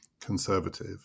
conservative